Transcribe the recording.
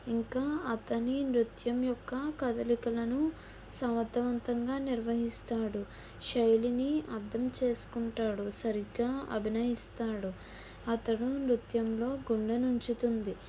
ఇంకా అతని నృత్యం యొక్క కదలికలను సమర్థవంతంగా నిర్వహిస్తాడు శైలిని అర్థం చేసుకుంటాడు సరిగ్గా అభినయిస్తాడు అతను నృత్యంలో గుండె నుంచుతుంది